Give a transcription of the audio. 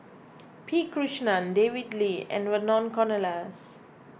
P Krishnan David Lee and Vernon Cornelius